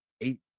eight